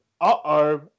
uh-oh